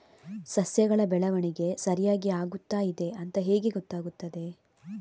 ಸಸ್ಯಗಳ ಬೆಳವಣಿಗೆ ಸರಿಯಾಗಿ ಆಗುತ್ತಾ ಇದೆ ಅಂತ ಹೇಗೆ ಗೊತ್ತಾಗುತ್ತದೆ?